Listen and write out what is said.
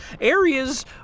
Areas